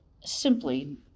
simply